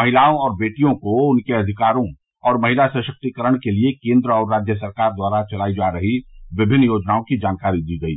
महिलाओं और बेटियों को उनके अधिकारों और महिला सशक्तिकरण के लिए केंद्र और राज्य सरकार द्वारा चलायी जा रही विभिन्न योजनाओं की जानकारी दी गयी